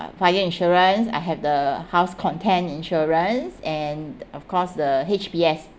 fire insurance I have the house content insurance and of course the H_B_S